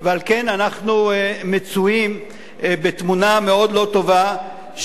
ועל כן אנחנו מצויים בתמונה מאוד לא טובה,